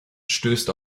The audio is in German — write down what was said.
stößt